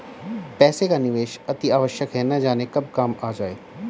पैसे का निवेश अतिआवश्यक है, न जाने कब काम आ जाए